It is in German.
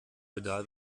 pedal